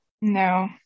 no